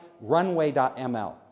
Runway.ML